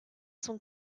sont